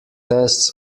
tests